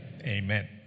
Amen